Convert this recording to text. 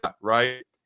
right